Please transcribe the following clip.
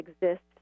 exists